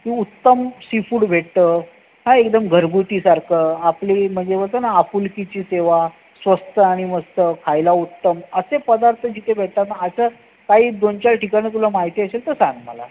की उत्तम सीफूड भेटतं हा एकदम घरगुती सारखं आपली म्हणजे बोलतो ना आपुलकीची सेवा स्वस्त आणि मस्त खायला उत्तम असे पदार्थ जिथे भेटतात ना अशा काही दोन चार ठिकाणं तुला माहिती असेल तर सांग मला